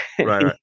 right